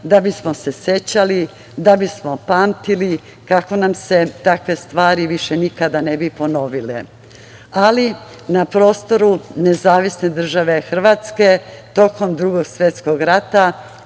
da bismo se sećali, da bismo pamtili, kako nam se takve stvari više nikada ne bi ponovile. Ali, na prostoru NDH tokom Drugog svetskog rata